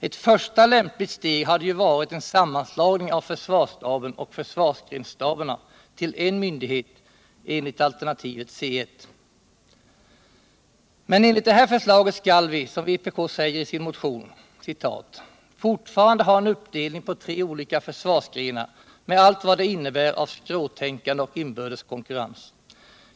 Ett första lämpligt steg hade varit en sammanslagning av försvarsstaben och försvarsgrensstaberna till en myndighet enligt alternativet CI. Men enligt det här förslaget skall vi, som vpk skriver i sin motion, ”fortfarande ha en uppdelning på tre olika försvarsgrenar, med allt vad det innebär av skråtänkande och inbördes konkurrens.